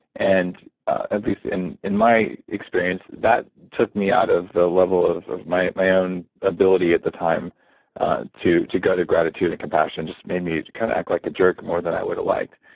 and at least in in my experience that took me out of the level of of my my own ability at the time ah to to go to gratitude and compassion. just made me kind of act like a jerk more than i would have liked,